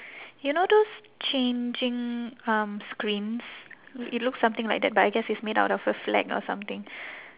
you know those changing um screens it looks something like that but I guess it's made up of a flag or something